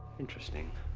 interesting.